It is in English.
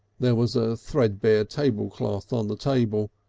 there was a threadbare tablecloth on the table,